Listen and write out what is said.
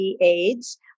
AIDS